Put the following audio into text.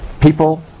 people